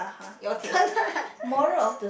your turn lah